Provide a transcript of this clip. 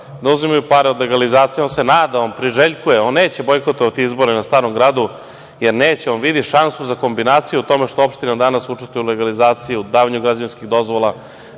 da uzimaju pare od legalizacije. On se nada, on priželjkuje, on neće bojkotovati izbore na Starom gradu, jer neće, on vidi šansu za kombinaciju u tome što opština danas učestvuje u legalizaciji, u davanju građevinskih dozvola.